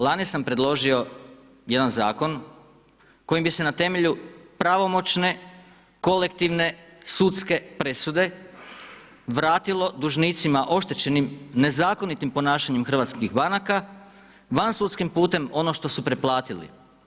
Lani sam predložio jedan zakon kojim bi se na temelju pravomoćne, kolektivne, sudske presude vratilo dužnicima oštećenim nezakonitim ponašanjem hrvatskih banaka vansudskim putem ono što su preplatili.